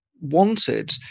wanted